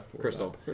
Crystal